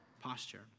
posture